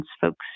folks